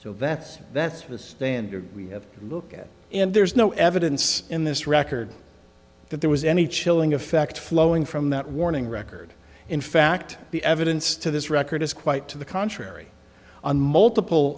so that's that's for the standard we have to look at and there's no evidence in this record that there was any chilling effect flowing from that warning record in fact the evidence to this record is quite to the contrary on multiple